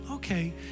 Okay